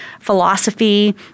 philosophy